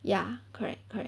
ya correct correct